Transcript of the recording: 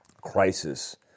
crisis